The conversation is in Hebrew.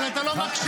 אבל אתה לא מקשיב.